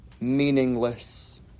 meaningless